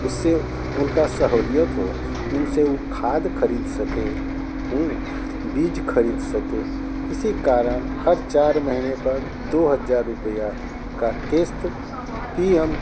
उससे उनका सहूलियत हो उनसे वो खाद खरीद सके बीज खरीद सके इसी कारण हर चार महीने पर दो हज़ार रुपया का क़िस्त पी एम